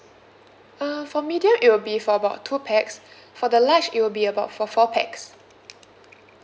uh for medium it will be for about two pax for the large it'll be about for four pax